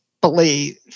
believe